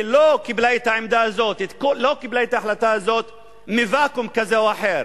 היא לא קיבלה את ההחלטה הזאת מוואקום כזה או אחר.